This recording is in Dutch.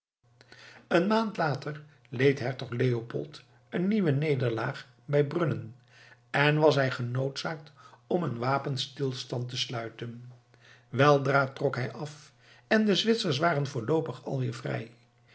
eene maand later leed hertog leopold eene nieuwe nederlaag bij brunnen en was hij genoodzaakt om een wapenstilstand te sluiten weldra trok hij af en de zwitsers waren voorloopig alweer vrij